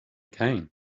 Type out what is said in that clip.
came